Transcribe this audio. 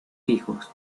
hijos